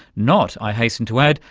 not, i hasten to add,